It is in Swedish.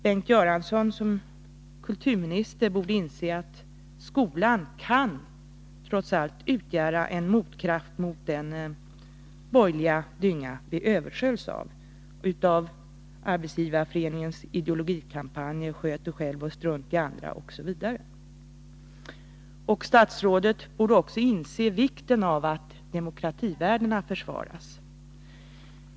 Bengt Göransson borde som kulturminister inse att skolan trots allt kan utgöra en motkraft mot den borgerliga dynga vi översköljs av — Arbetsgivareföreningens ideologikampanjer: Sköt dig själv och strunta i andra, osv. Statsrådet borde också inse vikten av att demokrativärdena försvaras.